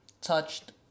touched